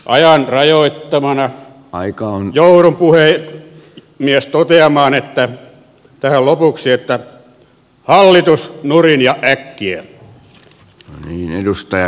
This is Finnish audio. ajan rajoittamana joudun puhemies toteamaan tähän lopuksi että hallitus nurin ja äkkiä